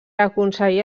aconseguir